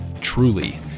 truly